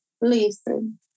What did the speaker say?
Listen